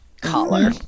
collar